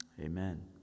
amen